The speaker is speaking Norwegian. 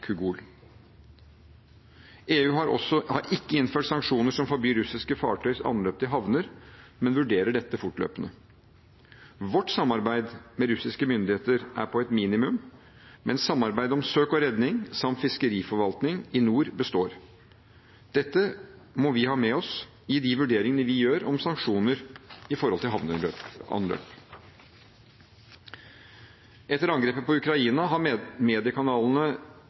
EU har ikke innført sanksjoner som forbyr russiske fartøys anløp til havner, men vurderer dette fortløpende. Vårt samarbeid med russiske myndigheter er på et minimum, men samarbeidet om søk og redning, samt om fiskeriforvaltning i nord, består. Dette må vi ha med oss i vurderingene vi gjør om sanksjoner når det gjelder havneanløp. Etter angrepet på Ukraina har mediekanalene